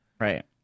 Right